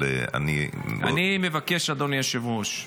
אני מבקש, אדוני היושב-ראש,